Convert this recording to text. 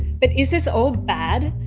but is this all bad?